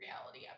reality